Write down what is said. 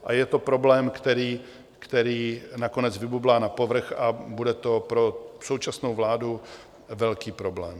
A je to problém, který nakonec vybublá na povrch, a bude to pro současnou vládu velký problém.